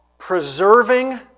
Preserving